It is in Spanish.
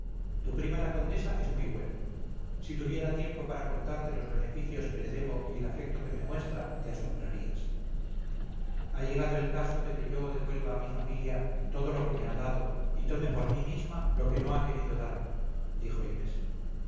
tu prima la condesa es muy buena si tuviera tiempo para contarte los beneficios que le debo y el afecto que me muestra te asombrarías ha llegado el caso de que yo devuelva mi familia todo lo que me ha dado y tome por mí misma lo que no ha querido darme dijo inés